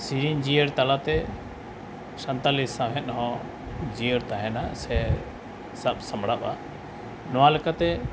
ᱥᱮᱨᱮᱧ ᱡᱤᱭᱟᱹᱲ ᱛᱟᱞᱟᱛᱮ ᱥᱟᱱᱛᱟᱲᱤ ᱥᱟᱶᱦᱮᱫ ᱦᱚᱸ ᱡᱤᱭᱟᱹᱲ ᱛᱟᱦᱮᱱᱟ ᱥᱮ ᱥᱟᱵ ᱥᱟᱢᱵᱲᱟᱜᱼᱟ ᱱᱚᱣᱟ ᱞᱮᱠᱟᱛᱮ